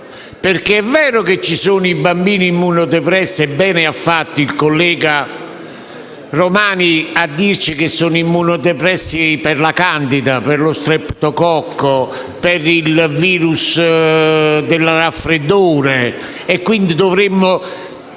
c'è. È vero che ci sono i bambini immunodepressi - e bene ha fatto il collega Maurizio Romani a dirci che sono immunodepressi per la candida, per lo streptococco*,* per il *virus* del raffreddore e che quindi dovremmo